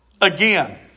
Again